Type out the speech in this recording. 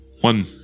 One